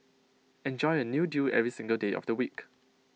enjoy A new deal every single day of the week